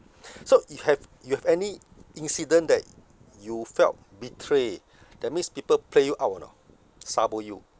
so you have you have any incident that you felt betrayed that means people play you up or not sabo you